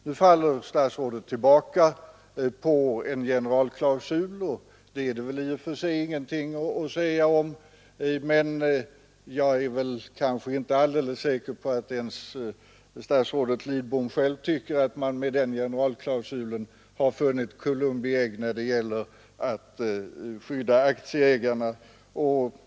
Nu faller statsrådet tillbaka på en generalklausul, och det är det väl i och för sig ingenting att säga om. Men jag är kanske inte alldeles säker på att ens statsrådet Lidbom själv tycker att man med den generalklausulen har funnit Columbi ägg när det gäller att skydda aktieägarna.